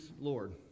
Lord